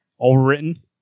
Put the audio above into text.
overwritten